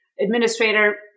administrator